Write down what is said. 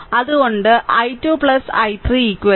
അതിനാൽ i 2 i3 8